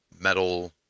metal